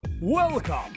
Welcome